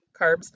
carbs